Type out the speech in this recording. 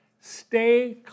stay